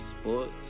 sports